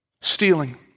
Stealing